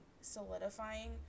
solidifying